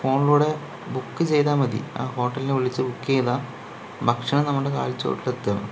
ഫോണിലൂടെ ബുക്ക് ചെയ്താൽ മതി ആ ഹോട്ടലിൽ വിളിച്ച് ബുക്ക് ചെയ്താൽ ഭക്ഷണം നമ്മുടെ കാൽ ചുവട്ടിൽ എത്തും